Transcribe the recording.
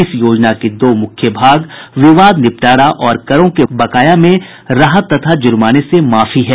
इस योजना के दो मुख्य भाग विवाद निपटारा और करों के बकाया में राहत तथा ज़र्माने से माफी है